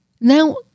Now